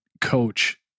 coach